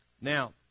Now